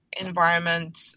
environment